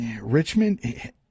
Richmond